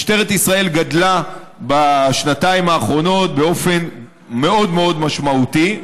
משטרת ישראל גדלה בשנתיים האחרונות באופן מאוד משמעותי,